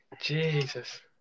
Jesus